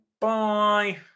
bye